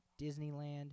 Disneyland